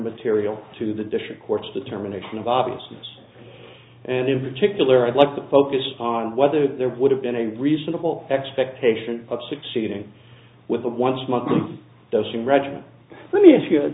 material to the different courts determination of audiences and in particular i'd like to focus on whether there would have been a reasonable expectation of succeeding with a once monthly dosing regimen let me ask you a